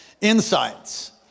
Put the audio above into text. insights